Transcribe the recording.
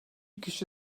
kişi